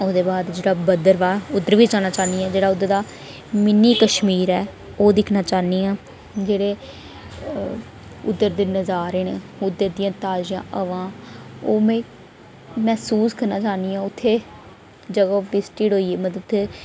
ओह्दे बाद जेह्ड़ा भद्रवाह् उद्धर बी जाना चाह्न्नी आं जेह्ड़ा उद्धर दा मिनी कशमीर ऐ ओह् दिक्खना चाह्नी आं जेह्ड़े उद्धर दे नज़ारे न ताज़ियां हवा ओह् में मैसूस करना चाह्न्नी आं उत्थै जगह् अस्टीड होई मतलब कि उत्थै